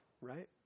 right